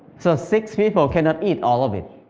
so, six people cannot eat all of it.